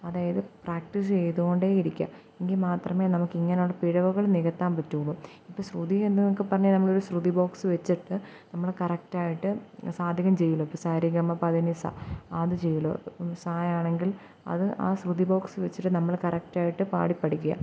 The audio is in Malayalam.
അതായത് പ്രാക്ടീസ് ചെയ്തുകൊണ്ടേയിരിക്കുകയാണ് എങ്കില് മാത്രമേ നമുക്ക് ഇങ്ങനുള്ള പിഴവുകള് നികത്താൻ പറ്റൂള്ളൂ ഇപ്പോള് ശ്രുതി എന്നെന്നൊക്കെ പറഞ്ഞാല് നമ്മളൊരു ശ്രുതി ബോക്സ് വെച്ചിട്ട് നമ്മള് കറക്റ്റായിട്ട് സാധകം ചെയ്യുമല്ലോ ഇപ്പോള് സരിഗമപധനിസ അത് ചെയ്യുമല്ലോ അപ്പോള് സയാണെങ്കിൽ അത് ആ ശ്രുതി ബോക്സ് വെച്ചിട്ട് നമ്മള് കറക്റ്റായിട്ട് പാടിപഠിക്കുക